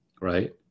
right